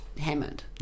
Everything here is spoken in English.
hammered